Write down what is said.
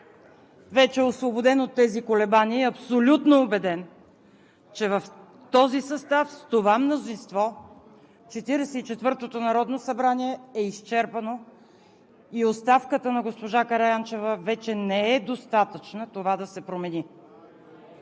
вече е освободен от тези колебания и е абсолютно убеден, че в този състав с това мнозинство Четиридесет и четвъртото народно събрание е изчерпано и оставката на госпожа Караянчева вече не е достатъчна това да се промени.